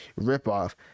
ripoff